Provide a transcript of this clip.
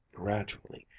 gradually,